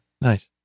Nice